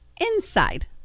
inside